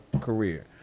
career